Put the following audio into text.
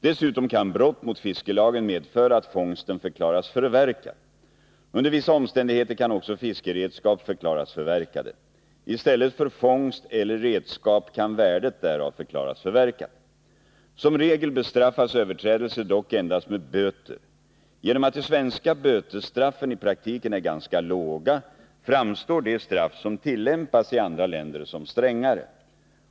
Dessutom kan brott mot fiskelagen medföra att fångsten förklaras förverkad. Under vissa omständigheter kan också fiskeredskap förklaras förverkade. I stället för fångst eller redskap kan värdet därav förklaras förverkat. Som regel bestraffas överträdelser dock endast med böter. Genom att de svenska bötesstraffen i praktiken är ganska låga framstår de straff som tillämpas i andra länder som strängare.